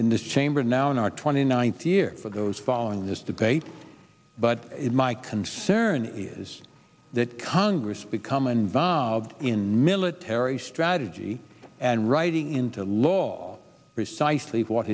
in this chamber now in our twenty ninth year for those following this debate but my concern is that congress become involved in military strategy and writing into law precisely what